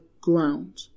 ground